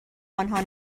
آنها